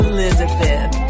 Elizabeth